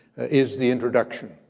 is the introduction,